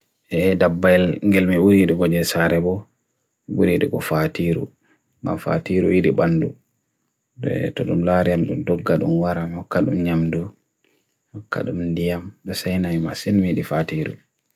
Dabbel ngilme ui dupo jesarebo ui dupo fatiru ma fatiru ii dupandu de tulum lariamdun, dodgad unwaram hukad unnyamdun hukad unnyamdun, desenai masinme di fatiru